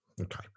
Okay